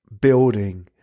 building